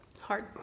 hard